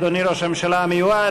אדוני ראש הממשלה המיועד,